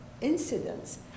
incidents